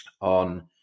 on